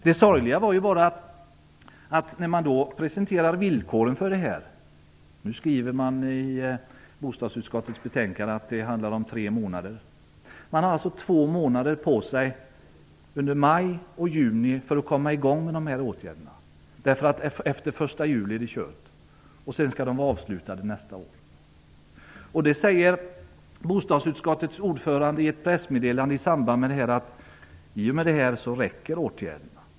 Det sorgliga är bara att när man presenterar villkoren för detta skriver man i bostadsutskottets betänkande att det handlar om tre månader. Man har alltså två månader på sig, under maj och juni, för att komma i gång med de här åtgärderna. Efter den 1 juli är det kört. Nästa år skall de vara avslutade. Bostadsutskottets ordförande säger i ett pressmeddelande att det är tillräckligt med åtgärder i och med detta.